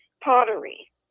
pottery